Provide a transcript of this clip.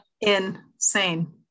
insane